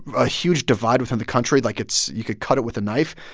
a huge divide within the country. like it's you could cut it with a knife.